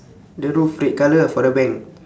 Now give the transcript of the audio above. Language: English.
the roof red colour ah for the bank